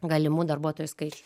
galimų darbuotojų skaič